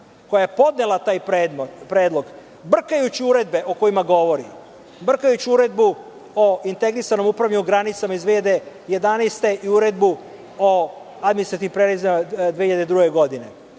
koja je podnela taj predlog, brkajući uredbe o kojima govori. Brkajući Uredbu o integrisanom upravljanju granicama iz 2011. i Uredbu o administrativnim prelazima iz 2002. godine.